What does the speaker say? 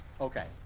Okay